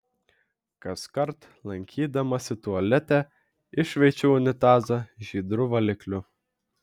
kaskart lankydamasi tualete iššveičiu unitazą žydru valikliu